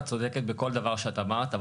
את צודקת בכל דבר שאת אמרת.